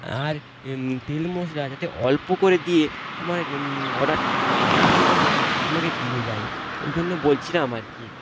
আর তেল মশলা যাতে অল্প করে দিয়ে আমার অর্ডারটা নেয় দিয়ে যেন আমাকে দিয়ে যায় ওই জন্য বলছিলাম আর কি